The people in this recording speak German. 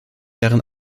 deren